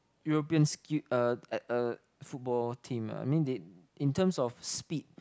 European uh uh uh football team ah I mean they in terms of speed